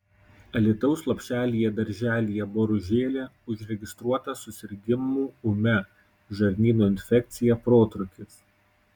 alytaus lopšelyje darželyje boružėlė užregistruotas susirgimų ūmia žarnyno infekcija protrūkis